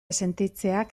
sentitzeak